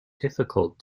difficult